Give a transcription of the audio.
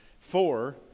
Four